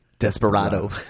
Desperado